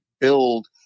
build